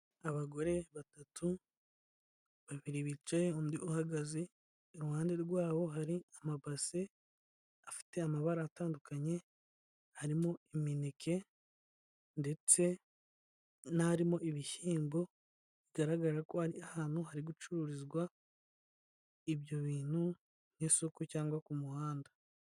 Abagore batatu, babiri bicaye undi uhagaze, iruhande rwabo hari amabase afite amabara atandukanye, harimo imineke ndetse n'arimo ibishyimbo, bigaragara ko ari ahantu hari gucururizwa ibyo bintu nk'isoko cyangwa ku muhanda.